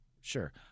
sure